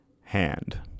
hand